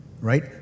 right